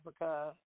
Africa